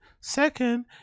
second